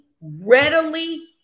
readily